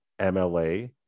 MLA